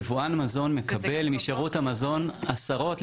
יבואן מזון מקבל משירות המזון עשרות,